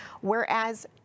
whereas